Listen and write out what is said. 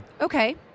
Okay